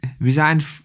resigned